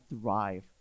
thrive